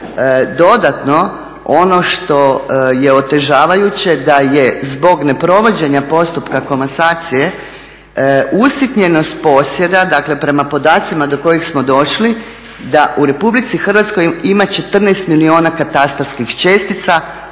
Dodatno, ono što je otežavajuće da je zbog neprovođenja postupka komasacije usitnjenost posjeda dakle prema podacima do kojih smo došli da u RH ima 14 milijuna katastarskih čestica